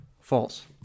False